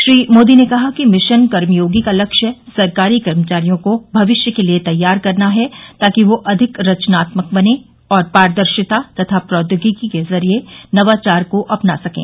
श्री मोदी ने कहा कि मिशन कर्मयोगी का लक्ष्य सरकारी कर्मचारियों को भविष्य के लिए तैयार करना है ताकि वे अधिक रचनात्मक बनें और पारदर्शिता तथा प्रौद्योगिकीके जरिये नवाचार को अपना सकें